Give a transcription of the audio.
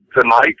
tonight